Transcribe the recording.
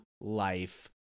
life